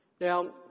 Now